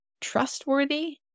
trustworthy